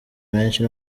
menshi